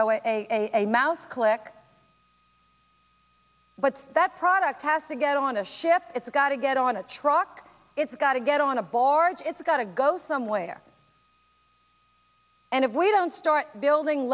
know a mouse click but that product has to get on a ship it's got to get on a truck it's got to get on a barge it's got to go somewhere and if we don't start building